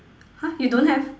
!huh! you don't have